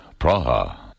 Praha